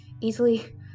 easily